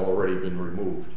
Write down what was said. already been removed